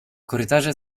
korytarze